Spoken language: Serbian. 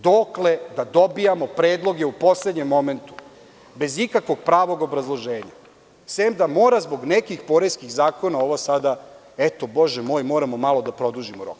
Dokle da dobijamo predloge u poslednjem momentu, bez ikakvog pravog obrazloženja, osim da mora zbog nekih poreskih zakona, ovo sada, eto, Bože moj, moramo malo da produžimo rok?